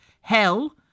hell